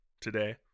today